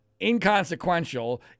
Inconsequential